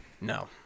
No